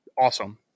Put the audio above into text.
awesome